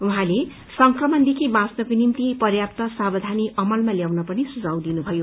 उहाँले संक्रमणदेखि बाँच्नको निम्ति पर्याप्त सावधानी अमलमा ल्याउन पर्ने सुझाव दिनुभयो